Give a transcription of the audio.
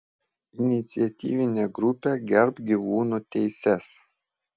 iniciatyvinė grupė gerbk gyvūnų teises